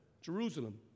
Jerusalem